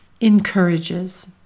encourages